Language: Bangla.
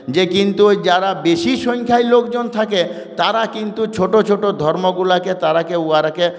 যে কিন্তু যারা বেশি সংখ্যায় লোকজন থাকে তারা কিন্তু ছোট ছোট ধর্মগুলোকে তারাকে ওরাকে